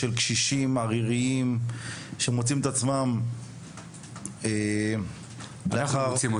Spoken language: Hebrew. של קשישים עריריים שמוצאים את עצמם -- אנחנו מוצאים אותם,